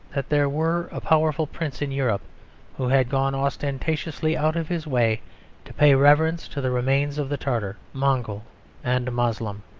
that there were a powerful prince in europe who had gone ostentatiously out of his way to pay reverence to the remains of the tartar, mongol and moslem,